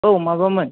औ माबामोन